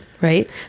right